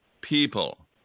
people